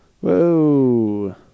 Whoa